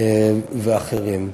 ואחרים.